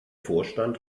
vorstand